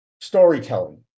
storytelling